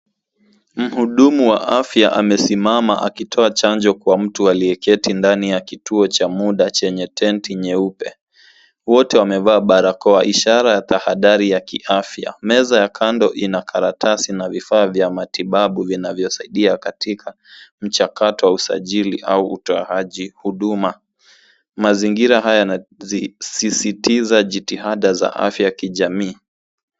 Mhudumu wa afya amesimama akitoa chanjo kwa mtu aliyeketi ndani ya kituo cha muda, chenye tenti nyeupe. Wote wamevaa barakoa ishara ya tahadhari ya kiafya. Meza ya kando ina karatasi na vifaa vya matibabu vinavyosaidia katika mchakato wa usajili au utoaji huduma. Mazingira haya yana zi sisitiza jitihada za afya ya kijamii.